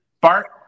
Bart